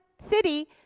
city